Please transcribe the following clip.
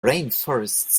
rainforests